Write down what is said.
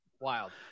wild